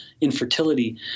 infertility